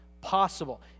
possible